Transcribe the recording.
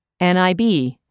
NIB